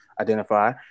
identify